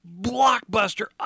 blockbuster